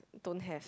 don't have